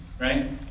right